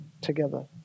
together